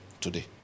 today